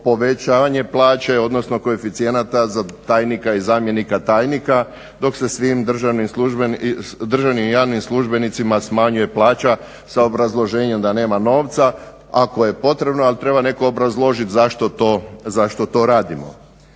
povećavanje plaće, odnosno koeficijenata za tajnika i zamjenika tajnika dok se svim državnim i javnim službenicima smanjuje plaća sa obrazloženjem da nema novca. Ako je potrebno ali treba netko obrazložiti zašto to, zašto